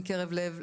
מקרב לב,